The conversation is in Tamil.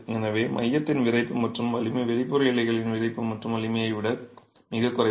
எனவே மையத்தின் விறைப்பு மற்றும் வலிமை வெளிப்புற இலைகளின் விறைப்பு மற்றும் வலிமையை விட மிகக் குறைவு